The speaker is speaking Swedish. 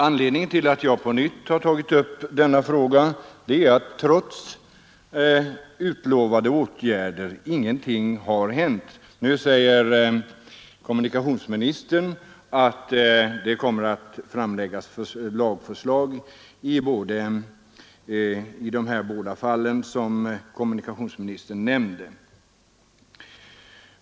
Anledningen till att jag på nytt har tagit upp denna fråga är att — trots utlovade åtgärder — ingenting har gjorts. Nu säger herr kommunikationsministern att det kommer att framläggas lagförslag i de båda fall som kommunikationsministern nämnde.